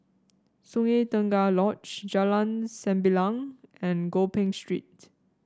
Sungei Tengah Lodge Jalan Sembilang and Gopeng Street